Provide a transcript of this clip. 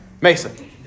Mason